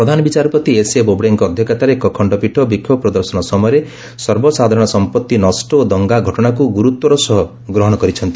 ପ୍ରଧାନ ବିଚାରପତି ଏସ୍ଏ ବୋବଡେଙ୍କ ଅଧ୍ୟକ୍ଷତାରେ ଏକ ଖଣ୍ଡପୀଠ ବିକ୍ଷୋଭ ପ୍ରଦର୍ଶନ ସମୟରେ ସର୍ବସାଧାରଣ ସମ୍ପତ୍ତି ନଷ୍ଟ ଓ ଦଙ୍ଗା ଘଟଣାକୁ ଗୁରୁତ୍ୱର ସହ ଗ୍ରହଣ କରିଛନ୍ତି